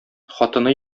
хатыны